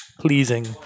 pleasing